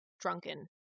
drunken